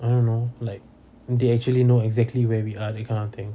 I don't know like they actually know exactly where we are that kind of thing